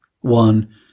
One